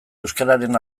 euskararen